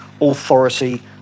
authority